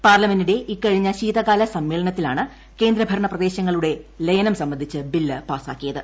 പാർലമെന്റിന്റെ ഇക്കഴിഞ്ഞ ശീതകാല സമ്മേളനത്തിലാണ് കേന്ദ്രഭരണ പ്രദേശങ്ങളുടെ ലയനം സംബന്ധിച്ച് ബില്ല് പാസ്സാക്കിയത്